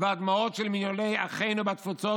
והדמעות של מיליוני אחינו בתפוצות,